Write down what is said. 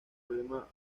problema